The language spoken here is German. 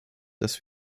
dass